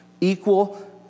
Equal